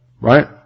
right